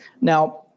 Now